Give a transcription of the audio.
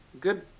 good